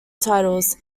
titles